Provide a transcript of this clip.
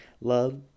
love